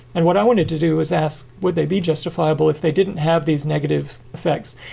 and what i wanted to do is ask. would they be justifiable if they didn't have these negative effects?